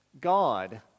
God